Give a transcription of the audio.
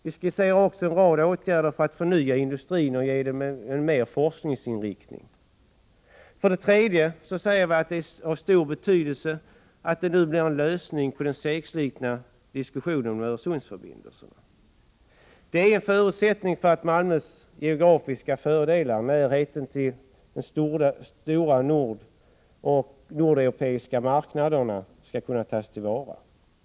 Vi skisserar också en rad åtgärder för att förnya industrin och ge den mer av forskningsinriktning. För det tredje säger vi att det är av stor betydelse att den segslitna diskussionen om Öresundsförbindelserna nu resulterar i en lösning. Det är en förutsättning för att Malmös geografiska fördelar — närheten till de stora nordeuropeiska marknaderna — skall kunna tas till vara.